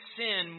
sin